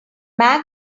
mac